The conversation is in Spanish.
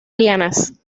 lianas